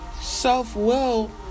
self-will